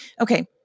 Okay